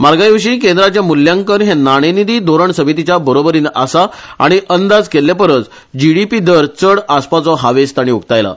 म्हारगायेविशी केंद्राचे मुल्यांकन हें नाणेनिधी धोरण समितीच्या बरोबरीन आसा आनी अंदाज केल्ले परस जिडीपी दर चड आसपाचो हावेस ताणी उक्तायला